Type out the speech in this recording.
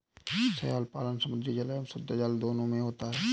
शैवाल पालन समुद्री जल एवं शुद्धजल दोनों में होता है